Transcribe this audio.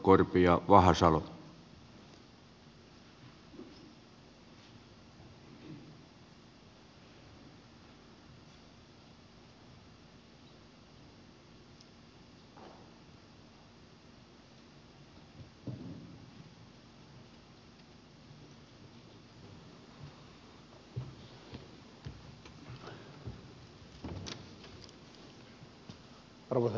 arvoisa herra puhemies